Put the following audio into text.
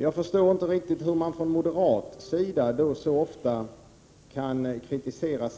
Jag förstår inte riktigt hur man från moderat sida så ofta kan kritisera